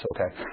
Okay